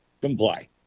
Comply